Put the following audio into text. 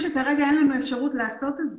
כרגע אין לנו אפשרות לעשות את זה.